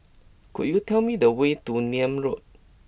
could you tell me the way to Nim Road